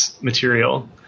material